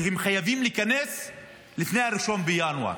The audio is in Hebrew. כי הם חייבים להיכנס לפני 1 בינואר.